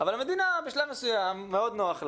אבל המדינה בשלב מסוים, מאוד נוח לה,